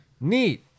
neat